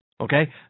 Okay